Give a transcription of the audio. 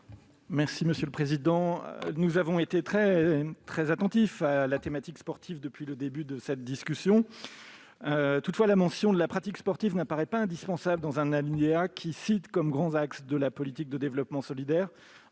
de la commission ? Nous avons été très attentifs à la thématique sportive depuis le début de cette discussion. Toutefois, la mention de la pratique sportive ne paraît pas indispensable dans un alinéa qui cite comme grands axes de la politique de développement solidaire,